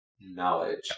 knowledge